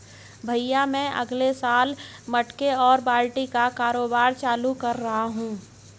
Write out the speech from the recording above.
भैया मैं अगले साल मटके और बाल्टी का कारोबार चालू कर रहा हूं